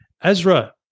Ezra